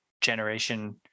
Generation